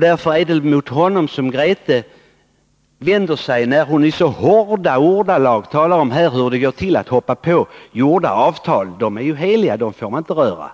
Därför är det mot honom som Grethe Lundblad vänder sig, när hon i så hårda ordalag här talar om hur det går till att hoppa på gjorda avtal. De är heliga; dem får man inte röra.